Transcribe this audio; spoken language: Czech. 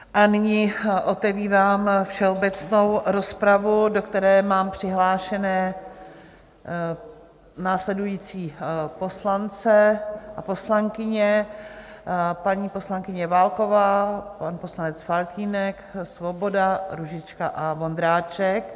A nyní otevírám všeobecnou rozpravu, do které mám přihlášené následující poslance a poslankyně: paní poslankyně Válková, pan poslanec Faltýnek, Svoboda, Růžička a Vondráček.